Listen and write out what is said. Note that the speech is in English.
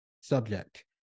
subject